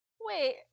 wait